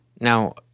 Now